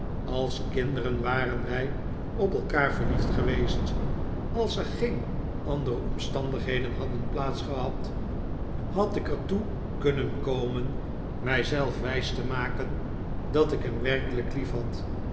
als kinderen waren wij op elkaar verliefd geweest als er geen andere omstandigheden hadden plaats gehad had ik er toe kunnen komen mij zelf wijs te maken dat ik'hem werkelijk